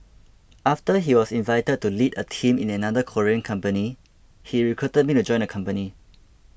after he was invited to lead a team in another Korean company he recruited me to join the company